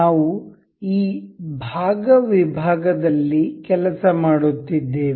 ನಾವು ಈ ಭಾಗ ವಿಭಾಗ ದಲ್ಲಿ ಕೆಲಸ ಮಾಡುತ್ತಿದ್ದೇವೆ